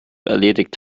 erledigt